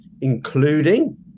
including